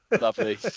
Lovely